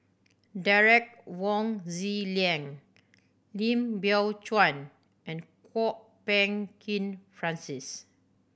Derek Wong Zi Liang Lim Biow Chuan and Kwok Peng Kin Francis